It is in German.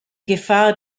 gefahr